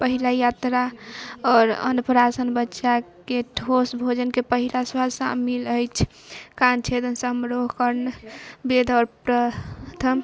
पहिला यात्रा आओर अन्नप्राशन बच्चाके ठोस भोजनके पहिला स्वाद शामिल अछि कान छेदन समारोह कर्ण भेद आओर प्रथम